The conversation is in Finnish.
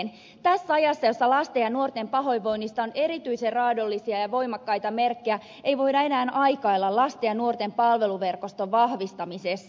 tässä ajassa jossa lasten ja nuorten pahoinvoinnista on erityisen raadollisia ja voimakkaita merkkejä ei voida enää aikailla lasten ja nuorten palveluverkoston vahvistamisessa